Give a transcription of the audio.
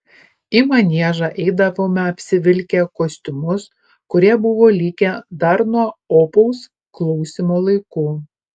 į maniežą eidavome apsivilkę kostiumus kurie buvo likę dar nuo opaus klausimo laikų